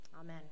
Amen